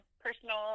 personal